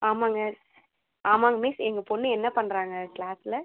ஆமாம்ங்க ஆமாம்ங்க மிஸ் எங்கள் பொண்ணு என்ன பண்ணுறாங்க க்ளாஸில்